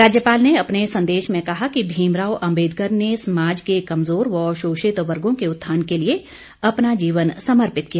राज्यपाल ने अपने संदेश में कहा कि भीमराव अंबेदकर ने सामाज के कमजोर व शोषित वर्गो के उत्थान के लिए अपना जीवन समर्पित किया